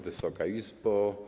Wysoka Izbo!